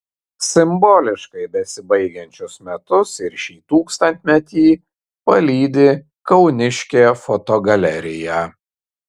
simboliškai besibaigiančius metus ir šį tūkstantmetį palydi kauniškė fotogalerija